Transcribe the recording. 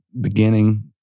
beginning